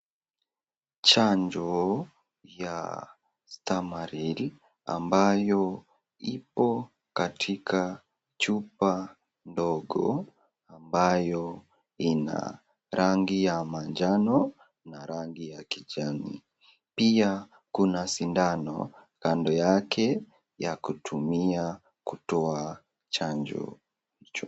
Chanjo ya Stamaril ambayo ipo katika chupa ndogo ambayo ina rangi ya manjano na rangi ya kijani pia kuna sindano kando yake ya kutumia kutoa chanjo hicho.